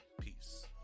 Peace